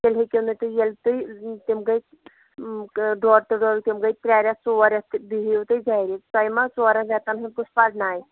تیٚلہِ ہیٚکِو نہٕ تُہۍ ییٚلہِ تُہۍ تِم گٔے ڈۄڈ تہٕ ڈۄڑ تِم گٔے ترٛےٚ رٮ۪تھ ژور رٮ۪تھ بِہِو تُہۍ گَرِی تۄہہِ ما ژورَن رٮ۪تَن ہُنٛد کُس پرنایہِ